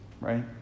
right